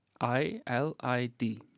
I-L-I-D